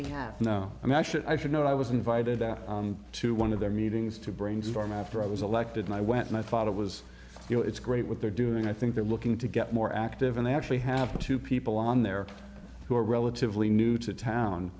they have now i mean i should i should know i was invited out to one of their meetings to brainstorm after i was elected and i went and i thought it was you know it's great what they're doing i think they're looking to get more active and they actually have two people on there who are relatively new to town